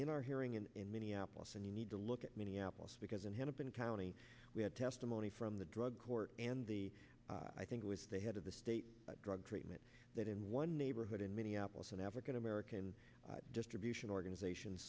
in our hearing and in minneapolis and you need to look at minneapolis because in hennepin county we had testimony from the drug court and the i think it was the head of the state drug treatment that in one neighborhood in minneapolis an african american distribution organization